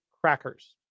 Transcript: crackers